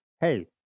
Hey